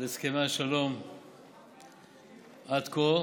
על הסכמי השלום עד כה